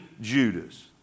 Judas